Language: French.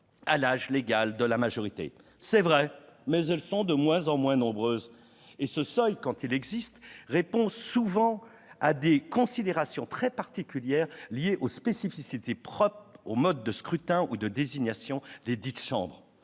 à l'âge légal de la majorité. C'est vrai, mais elles sont de moins en moins nombreuses. De plus, ce seuil, quand il existe, répond souvent à des considérations très particulières liées aux spécificités des modes de scrutin ou de désignation desdites chambres.